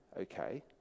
Okay